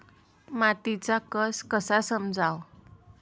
मातीचा कस कसा समजाव?